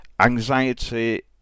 Anxiety